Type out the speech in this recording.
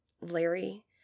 Larry